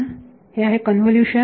Refer Time 1143 हे आहे convolution